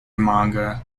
manga